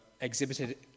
exhibited